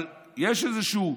אבל יש איזשהו,